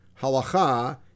halacha